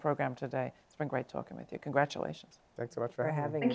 program today it's been great talking with you congratulations for having